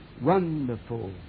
Wonderful